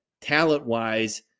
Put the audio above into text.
talent-wise